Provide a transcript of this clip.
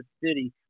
city